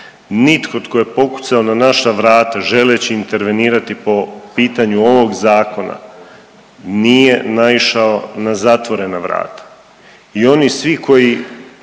Nitko tko je pokucao na naša vrata želeći intervenirati po pitanju ovog zakona nije naišao na zatvorena vrata i oni svi koji